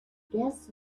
guess